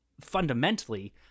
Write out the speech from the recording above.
fundamentally